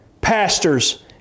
pastors